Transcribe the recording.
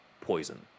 Poison